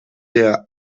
der